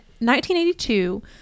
1982